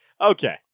Okay